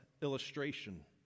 illustration